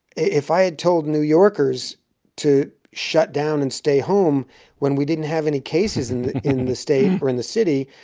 if i had told new yorkers to shut down and stay home when we didn't have any cases in in the state. or in the city,